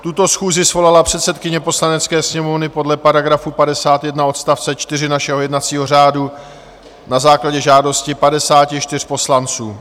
Tuto schůzi svolala předsedkyně Poslanecké sněmovny podle § 51 odst. 4 našeho jednacího řádu na základě žádosti 54 poslanců.